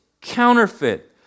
counterfeit